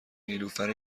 نیلوفر